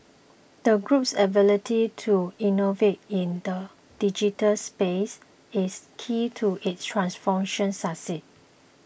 the group's ability to innovate in the digital space is key to its transformation success